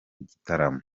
gitaramo